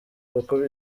kuko